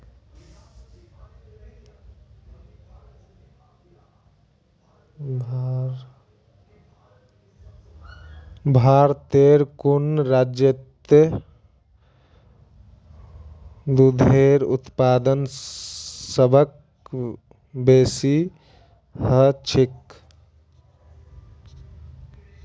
भारतेर कुन राज्यत दूधेर उत्पादन सबस बेसी ह छेक